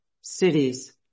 cities